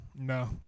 No